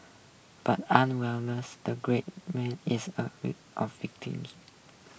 but an wellness the great man is a week of victims